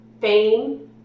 fame